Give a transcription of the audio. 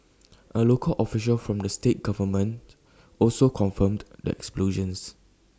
A local official from the state government also confirmed the explosions